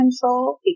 control